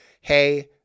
hey